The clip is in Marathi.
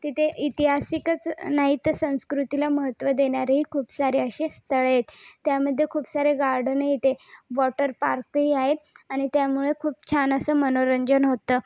तिथे ऐतिहासिकच नाही तर संस्कृतीला महत्त्व देणारे खूप सारे असे स्थळे आहेत त्यामध्ये खूप सारे गार्डन येते वॉटर पार्कही आहेत आणि त्यामुळे खूप छान असं मनोरंजन होतं